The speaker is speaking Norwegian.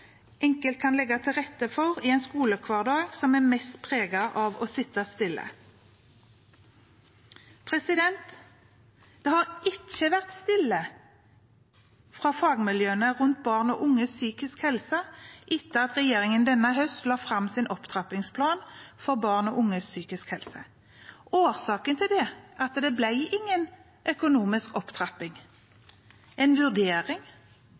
enkelt kan legge til rette for i en skolehverdag som er mest preget av å sitte stille. Det har ikke vært stille fra fagmiljøene rundt barn og unges psykiske helse etter at regjeringen denne høsten la fram sin opptrappingsplan for barn og unges psykiske helse. Årsaken til det er at det ble ingen økonomisk opptrapping. En vurdering